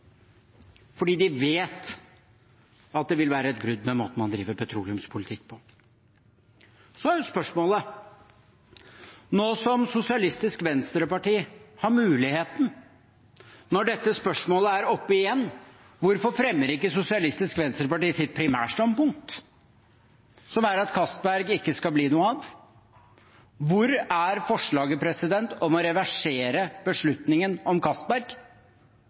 fordi de visste at det ville være et brudd med måten man driver petroleumspolitikk på. Så er spørsmålet: Nå som Sosialistisk Venstreparti har muligheten, når dette spørsmålet er oppe igjen, hvorfor fremmer ikke Sosialistisk Venstreparti sitt primærstandpunkt, som er at Castberg ikke skal bli noe av? Hvor er forslaget om å reversere beslutningen om Castberg?